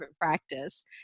practice